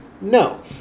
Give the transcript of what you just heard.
No